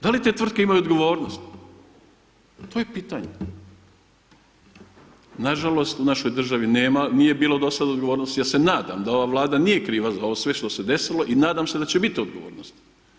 Da li te tvrtke imaju odgovornost, to je pitanje, nažalost u našoj državni nema, nije bilo do sada odgovornosti ja se nadam da ova Vlada nije kriva za ovo sve što se desilo i nadam se da će biti odgovornosti.